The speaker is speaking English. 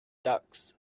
ducks